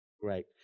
Great